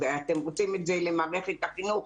ואתם רוצים את זה למערכת החינוך,